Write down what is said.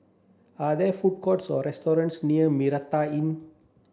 are there food courts or restaurants near Mitraa Inn